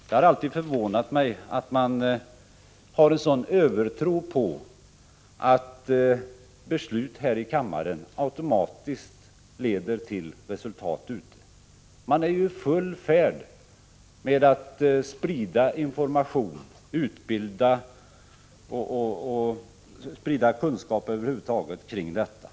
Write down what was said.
Det har alltid förvånat mig att det finns en sådan övertro på att beslut här i kammaren automatiskt leder till resultat. Man är ju i full färd med att sprida information och kunskap samt över huvud taget meddela undervisning kring detta.